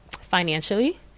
financially